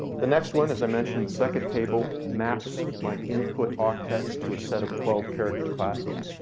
the next one, as i mentioned the second table maps my input octets to a set of twelve character classes.